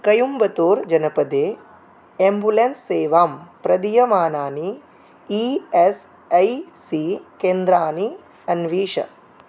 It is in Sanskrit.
कयम्बतूर् जनपदे एम्बुलेन्स् सेवां प्रदीयमानानि ई एस् ऐ सी केन्द्राणि अन्विष